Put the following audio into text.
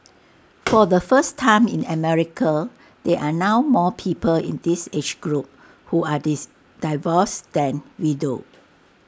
for the first time in America there are now more people in this age group who are this divorced than widowed